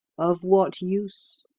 of what use?